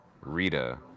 Rita